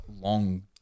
long